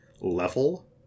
level